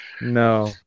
No